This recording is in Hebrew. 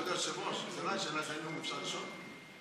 כבוד היושב-ראש, אפשר לשאול?